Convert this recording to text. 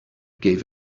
gave